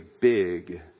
big